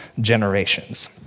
generations